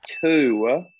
two